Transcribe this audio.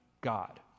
God